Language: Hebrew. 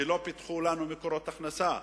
שלא פיתחו לנו מקורות הכנסה,